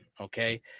okay